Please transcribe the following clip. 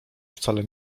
wcale